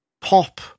pop